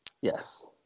Yes